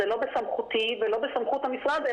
זה לא בסמכותי ולא בסמכות המשרד,